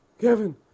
Kevin